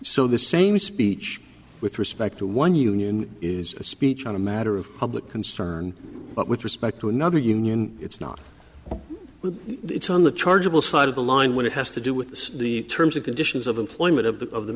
so the same speech with respect to one union is a speech on a matter of public concern but with respect to another union it's not with it's on the chargeable side of the line when it has to do with the terms and conditions of employment of the of the